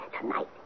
tonight